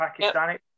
Pakistani